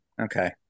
okay